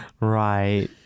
right